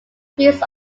views